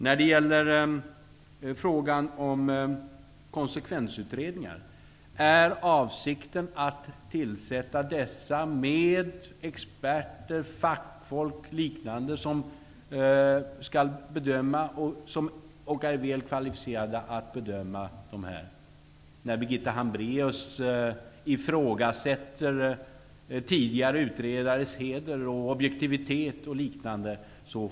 När det gäller frågan om konsekvensutredningar är avsikten att tillsätta experter, fackfolk o.d. som är väl kvalificerade att göra bedömningar här. Birgitta Hambraeus ifrågasätter tidigare utredares heder, objektivitet osv.